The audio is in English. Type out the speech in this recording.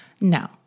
No